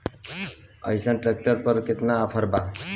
अइसन ट्रैक्टर पर केतना ऑफर बा?